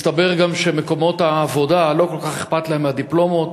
מסתבר גם שמקומות העבודה לא כל כך אכפת להם מהדיפלומות,